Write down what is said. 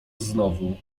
znowu